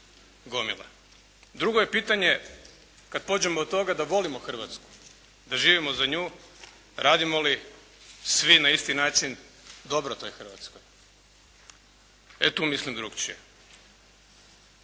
Drugo je pitanje kada pođemo od toga da volimo Hrvatsku, da živimo za nju, radimo li svi na isti način dobro toj Hrvatskoj. E tu mislim drukčije.